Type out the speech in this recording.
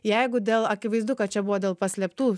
jeigu dėl akivaizdu kad čia buvo dėl paslėptų